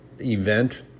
event